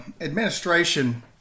administration